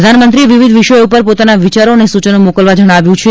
પ્રધાનમંત્રીએ વિવિધ વિષયો ઉપર પોતાના વિચારો અને સૂચનો મોકલવા જણાવ્યું છે